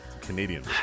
Canadian